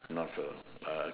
not sure uh